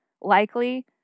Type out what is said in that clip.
likely